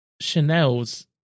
chanel's